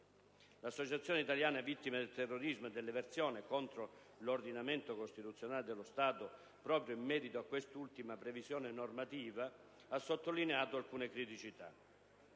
L'Associazione italiana vittime del terrorismo e dell'eversione contro l'ordinamento costituzionale dello Stato, proprio in merito a quest'ultima previsione normativa, ha sottolineato alcune criticità.